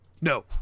No